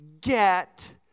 Get